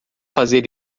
fazer